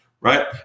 right